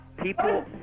People